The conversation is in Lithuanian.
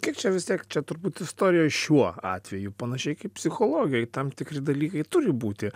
kiek čia vis tiek čia turbūt istorija šiuo atveju panašiai kaip psichologijoj tam tikri dalykai turi būti